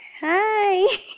Hi